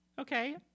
Okay